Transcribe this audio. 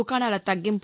దుకాణాల తగ్గింపు